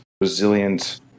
resilient